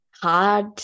Hard